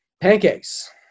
Pancakes